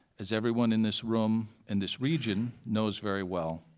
as everyone in this room and this region knows very well,